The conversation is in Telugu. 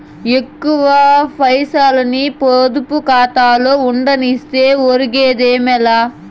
ఎక్కువ పైసల్ని పొదుపు కాతాలో ఉండనిస్తే ఒరిగేదేమీ లా